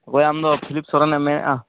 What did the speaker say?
ᱚᱠᱚᱭ ᱟᱢᱫᱚ ᱯᱷᱤᱞᱤ ᱥᱚᱨᱮᱱᱮᱢ ᱢᱮᱱᱮᱜᱼᱟ